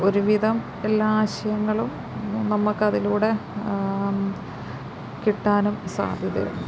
ഒരുവിധം എല്ലാ ആശയങ്ങളും നമുക്ക് അതിലൂടെ കിട്ടാനും സാദ്ധ്യതയുണ്ട്